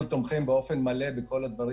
אנחנו תומכים באופן מלא בכל הדברים